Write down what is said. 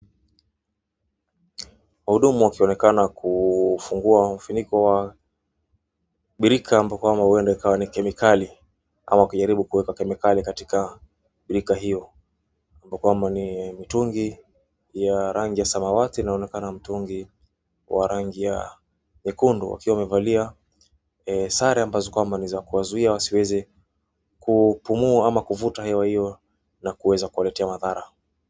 Mhudumu akionekana kufungua mfuniko wa birika ambapo kwamba huenda ikawa ni kemikali ama kujaribu kuweka kemikali katika birika hiyo ambapo kwamba ni mitungi ya rangi ya samawati na inaonekana mtungi wa rangi ya nyekundu wakiwa wamevalia sare ambazo kwamba ni za kuwazuia wasiweze kupumua ama kuvuta hewa hiyo na kuweza kuwaletea madhara.